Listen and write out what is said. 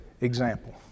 example